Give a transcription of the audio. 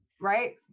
right